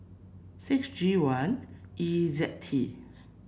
six G one E Z T